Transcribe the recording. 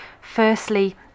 firstly